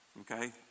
okay